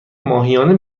ماهیانه